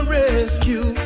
rescue